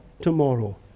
tomorrow